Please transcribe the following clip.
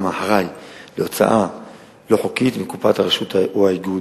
האחראי להוצאה לא חוקית מקופת הרשות או האיגוד.